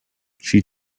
she